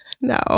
No